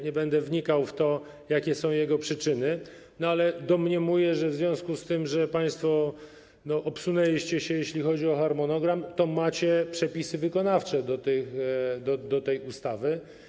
Nie będę wnikał w to, jakie są jego przyczyny, natomiast domniemywam, że w związku z tym, że państwo obsunęliście się, jeśli chodzi o harmonogram, to macie już przepisy wykonawcze do tej ustawy.